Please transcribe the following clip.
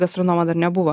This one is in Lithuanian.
gastronomo dar nebuvo